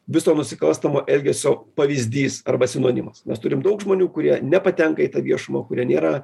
viso nusikalstamo elgesio pavyzdys arba sinonimas nes turim daug žmonių kurie nepatenka į tą viešumą kurie nėra